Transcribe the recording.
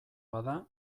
bada